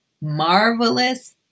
marvelous